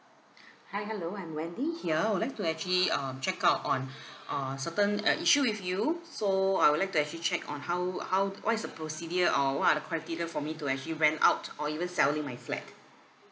hi hello I'm wendy here I would like to actually um check out on uh certain uh issue with you so I would like to actually check on how how what is the procedure or what are the criteria for me to actually rent out or even selling my flat